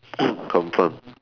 confirm